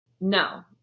No